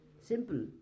Simple